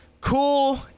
Cool